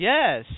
Yes